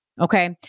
Okay